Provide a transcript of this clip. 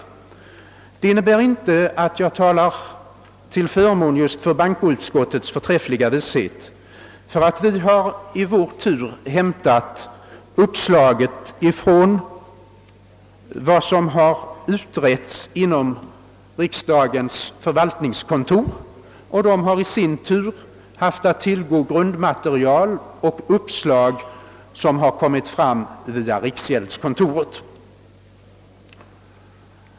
Detta innebär inte att jag vill åberopa just bankoutskottets förträffliga vishet, ty vi har hämtat uppslaget från vad som har utretts inom riksdagens förvaltningskontor, och det har i sin tur haft att tillgå grundmaterial och förslag som har lagts fram via riksgäldskontoret.